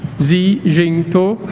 zi jing toh